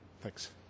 Thanks